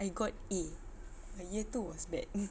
I got A my year two was bad